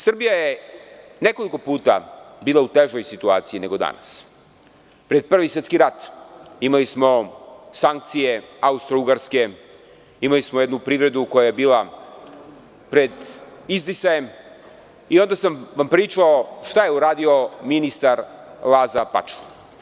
Srbija je nekoliko puta bila u težoj situaciji nego danas, pred Prvi Svetski rat imali smo sankcije Austro-ugarske, imali smo privredu koja je bila pred izdisajem i onda, pričao sam vam, šta je uradio ministar Laza Pačuh.